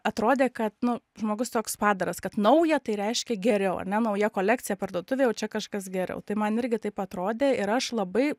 atrodė kad nu žmogus toks padaras kad nauja tai reiškia geriau ar ne nauja kolekcija parduotuvėj jau čia kažkas geriau tai man irgi taip atrodė ir aš labai